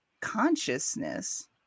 consciousness